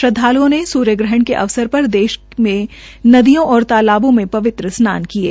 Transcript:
श्रदवाल्ओं ने सूर्य ग्रहण के अवसर पर देशभर में निदयों और तालाबों में पवित्र स्नान किये